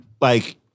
like-